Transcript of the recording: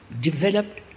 developed